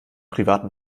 privaten